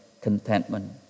contentment